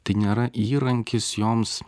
tai nėra įrankis joms